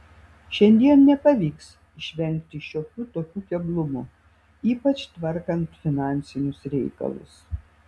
šiandien nepavyks išvengti šiokių tokių keblumų ypač tvarkant finansinius reikalus